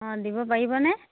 অঁ দিব পাৰিবনে